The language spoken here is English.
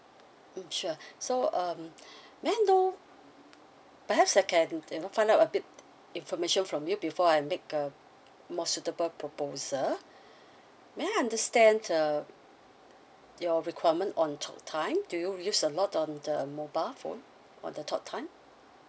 mm sure so um may I know perhaps I can you know find out a bit information from you before I make a more suitable proposal may I understand uh your requirement on talk time do you use a lot on the mobile phone on the talk time